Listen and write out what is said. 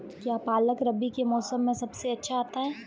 क्या पालक रबी के मौसम में सबसे अच्छा आता है?